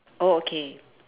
oh okay